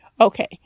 Okay